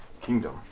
kingdom